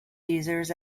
users